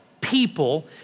people